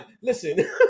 Listen